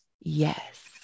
Yes